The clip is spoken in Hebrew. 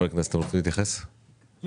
טל לוי, פורום